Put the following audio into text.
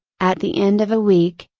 at the end of a week,